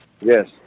Yes